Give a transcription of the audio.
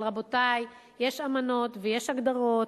אבל, רבותי, יש אמנות ויש הגדרות.